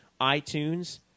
iTunes